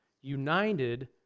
united